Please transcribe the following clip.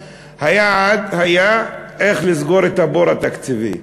היעד היה איך לסגור את הבור התקציבי.